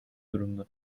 durumda